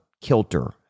kilter